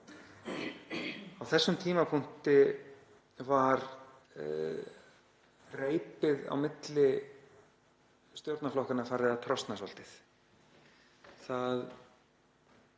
Á þessum tímapunkti var reipið á milli stjórnarflokkanna farið að trosna svolítið. Það